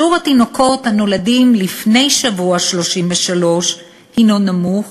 שיעור התינוקות הנולדים לפני השבוע ה-33 נמוך,